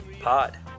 pod